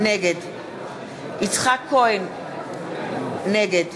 נגד יצחק כהן, נגד